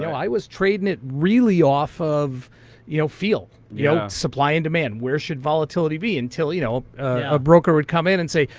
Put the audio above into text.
you know i was trading it really off of you know feel, you know supply and demand, where should volatility be. until you know a broker would come in, and say,